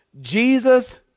Jesus